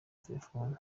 telefone